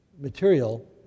material